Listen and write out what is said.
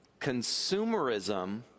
Consumerism